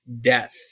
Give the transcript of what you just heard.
death